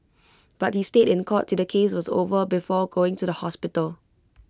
but he stayed in court till the case was over before going to the hospital